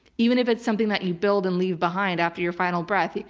even if it's something that you build and leave behind after your final breath.